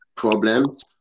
problems